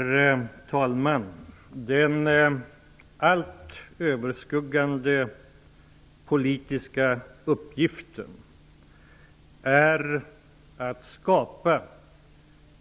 Herr talman! Den allt överskuggande politiska uppgiften är att skapa